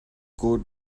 good